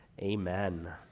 Amen